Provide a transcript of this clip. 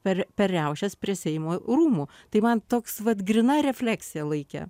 per per riaušes prie seimo rūmų tai man toks vat gryna refleksija laike